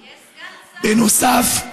בנוסף,